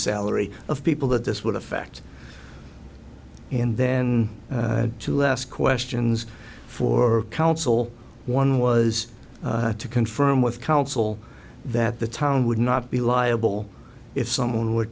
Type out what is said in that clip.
salary of people that this would affect and then to less questions for council one was to confirm with council that the town would not be liable if someone were